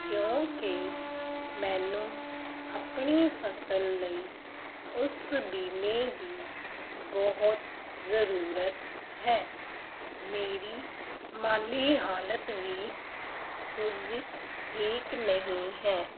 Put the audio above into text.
ਕਿਉਂਕਿ ਮੈਨੂੰ ਆਪਣੀ ਫਸਲ ਲਈ ਉਸ ਬੀਮੇ ਦੀ ਬਹੁਤ ਜ਼ਰੂਰਤ ਹੈ ਮੇਰੀ ਮਾਲੀ ਹਾਲਤ ਵੀ ਕੁਝ ਠੀਕ ਨਹੀਂ ਹੈ